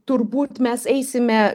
turbūt mes eisime